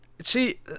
See